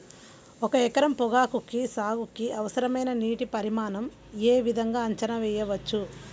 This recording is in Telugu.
ఒక ఎకరం పొగాకు సాగుకి అవసరమైన నీటి పరిమాణం యే విధంగా అంచనా వేయవచ్చు?